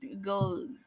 go